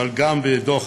אבל גם הדוח